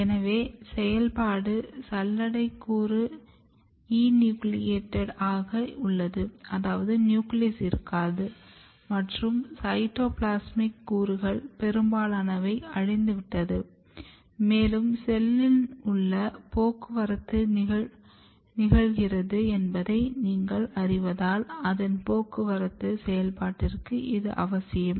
எனவே செயல்பாட்டு சல்லடை கூறு ஈநியூக்ளியேடட் ஆக உள்ளது அதாவது நியூக்ளியஸ் இருக்காது மற்றும் சைட்டோபிளாஸ்மிக் கூறுகள் பெரும்பாலானவை அழிந்துவிட்டது மேலும் செல்லின் உள்ளே போக்குவரத்து நிகழ்கிறது என்பதை நீங்கள் அறிவதால் அதன் போக்குவரத்து செயல்பாட்டிற்கு இது அவசியம்